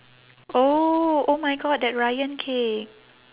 oh oh my god that ryan cake